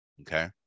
okay